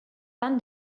done